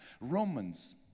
Romans